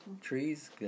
Trees